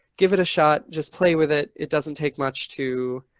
give it a shot. just play with it. it doesn't take much to